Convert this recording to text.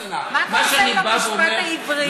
מה שאני בא ואומר,